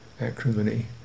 acrimony